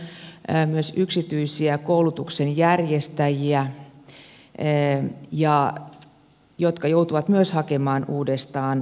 siellä on paljon myös yksityisiä koulutuksen järjestäjiä jotka joutuvat myös hakemaan uudestaan lupaansa